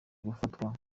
gufatwa